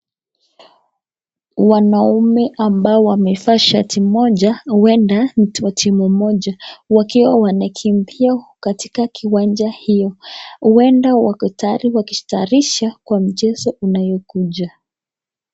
Wanaume ambao wamevaa shati moja huenda ni wa timu moja wakiwa wanakimbia katika kiwanja hiyo. Huenda wako tayari wakijitayarisha kwa mchezo inayokuja.